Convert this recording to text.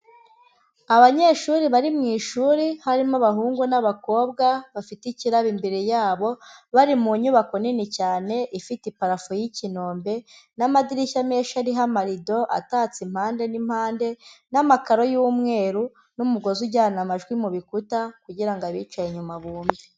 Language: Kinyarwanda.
Abanyeshuri bari mu ishuri harimo abahungu n'abakobwa bafite ikirabo imbere yabo, bari mu nyubako nini cyane ifite iparafo y'ikinombe n'amadirishya menshi ariho amarido atatse impande n'impande n'amakaro y'umweru n'umugozi ujyana amajwi mu bikuta kugira ngo abicaye inyuma bumve.